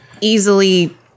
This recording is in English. easily